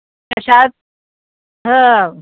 कशा आहात हो